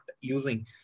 using